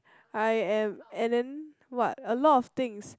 I am and then what a lot of things